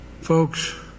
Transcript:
Folks